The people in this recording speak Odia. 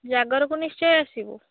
ଜାଗରକୁ ନିଶ୍ଚୟ ଆସିବୁ